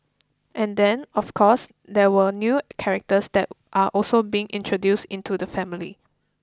and then of course there were new characters that are also being introduced into the family